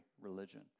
religion